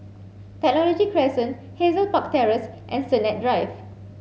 Technology Crescent Hazel Park Terrace and Sennett Drive